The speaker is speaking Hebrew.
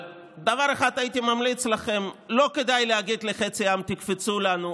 אבל דבר אחד הייתי ממליץ לכם: לא כדאי להגיד לחצי עם: תקפצו לנו,